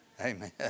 Amen